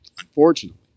Unfortunately